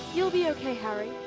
you'll be okay harry.